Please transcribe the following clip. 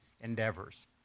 endeavors